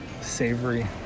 Savory